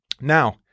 Now